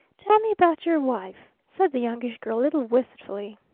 tell me about your wife, said the youngish girl a little wistfully.